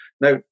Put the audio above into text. Now